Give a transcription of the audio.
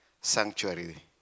sanctuary